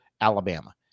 Alabama